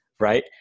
right